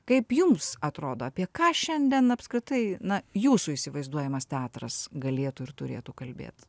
kaip jums atrodo apie ką šiandien apskritai na jūsų įsivaizduojamas teatras galėtų ir turėtų kalbėti